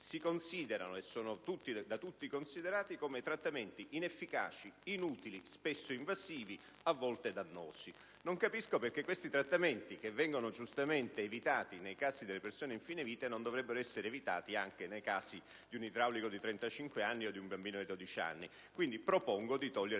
si considerano e sono da tutti considerati come trattamenti inefficaci, inutili, spesso invasivi, a volte dannosi. Non capisco perché questi trattamenti, che vengono giustamente evitati nel caso delle persone in fin di vita, non dovrebbero essere evitati anche nei casi di un idraulico di 35 anni o di un bambino di 12 anni. Con l'emendamento